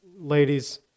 ladies